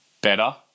better